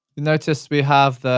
notice we have